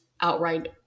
outright